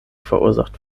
verursacht